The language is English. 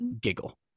giggle